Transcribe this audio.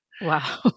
Wow